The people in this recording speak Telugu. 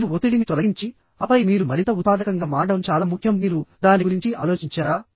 మీరు ఒత్తిడిని తొలగించి ఆపై మీరు మరింత ఉత్పాదకంగా మారడం చాలా ముఖ్యం మీరు దాని గురించి ఆలోచించారా